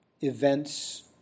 events